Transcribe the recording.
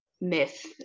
myth